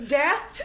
death